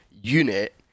unit